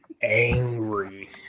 Angry